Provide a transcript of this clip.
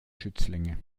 schützlinge